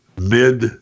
mid